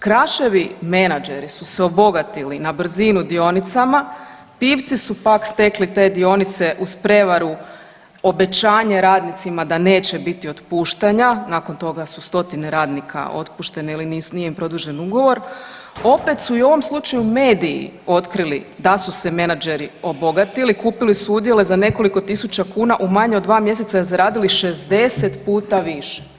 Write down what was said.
Kraševi menadžeri su se obogatili na brzinu dionicama, Pivci su pak stekli te dionice uz prevaru, obećanje radnicima da neće biti otpuštanja, nakon toga su stotine radnika otpušeni ili nije im produžen ugovor, opet su i u ovom slučaju mediji otkrili da su se menadžeri obogatili, kupili su udjele za nekoliko tisuća kuna, u manje od 2 mjeseca zaradili 60 puta više.